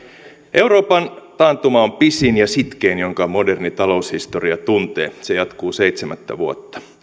euroopan taantuma on pisin ja sitkein jonka moderni taloushistoria tuntee se jatkuu seitsemättä vuotta